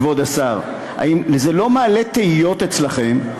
כבוד השר, האם זה לא מעלה תהיות אצלכם,